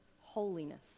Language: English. holiness